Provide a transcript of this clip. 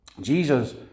Jesus